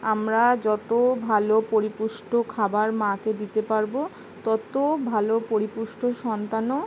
আমরা যত ভালো পরিপুষ্ট খাবার মাকে দিতে পারবো তত ভালো পরিপুষ্ট সন্তানও